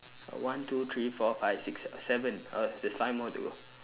one two three four five six seven err there's five more to go